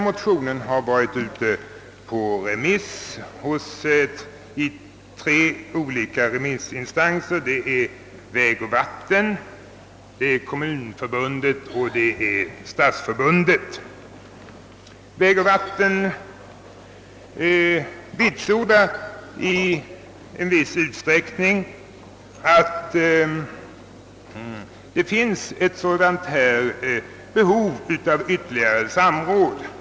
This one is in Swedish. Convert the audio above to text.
Motionerna har varit ute på remiss hos tre remissinstanser, vägoch vattenbyggnadsstyrelsen, Svenska kommunförbundet och Svenska stadsförbundet. Vägoch vattenbyggnadsstyrelsen vitsordar att det finns behov av ytterligare samråd.